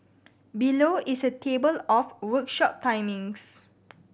below is a table of workshop timings